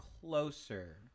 closer